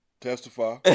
testify